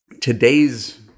today's